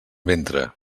ventre